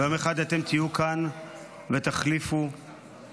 ויום אחד אתם תהיו כאן ותחליפו אותנו.